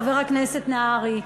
חבר הכנסת נהרי,